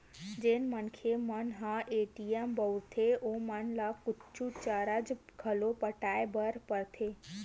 जेन मनखे मन ह ए.टी.एम बउरथे ओमन ल कुछु चारज घलोक पटाय बर परथे